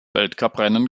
weltcuprennen